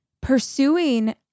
pursuing